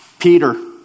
Peter